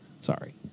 Sorry